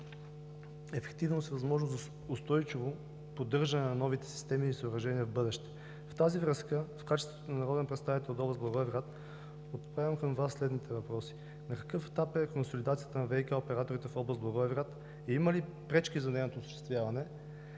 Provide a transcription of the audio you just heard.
ефективност и възможност за устойчиво поддържане на новите системи и съоръжения в бъдеще. В тази връзка, в качеството си на народен представител от област Благоевград, отправям към Вас следните въпроси: На какъв етап е консолидацията на ВиК операторите в област Благоевград и има ли пречки за нейното осъществяване?